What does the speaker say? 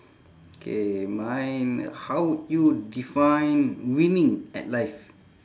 K mine how would you define winning at life